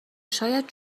شاید